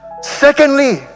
Secondly